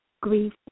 grief